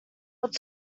would